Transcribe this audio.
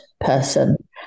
person